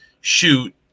shoot